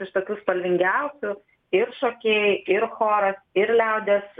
iš tokių spalvingiausių ir šokėjai ir choras ir liaudies